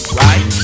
right